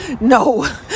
No